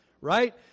right